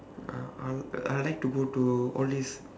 ah I I like to go to all these